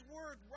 Word